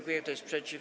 Kto jest przeciw?